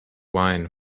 wine